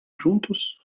juntos